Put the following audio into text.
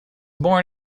born